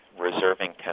reserving